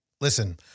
Listen